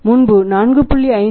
முன்பு 4